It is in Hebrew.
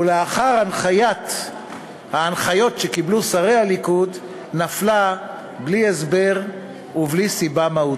ולאחר ההנחיות שקיבלו שרי הליכוד נפלה בלי הסבר ובלי סיבה מהותית.